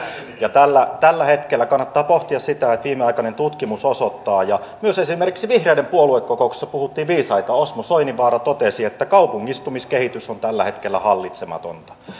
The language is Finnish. tällä tällä hetkellä kannattaa pohtia sitä että viimeaikainen tutkimus osoittaa myös esimerkiksi vihreiden puoluekokouksessa puhuttiin viisaita osmo soininvaara totesi että kaupungistumiskehitys on tällä hetkellä hallitsematonta